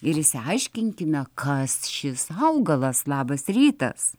ir išsiaiškinkime kas šis augalas labas rytas